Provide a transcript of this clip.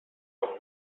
auch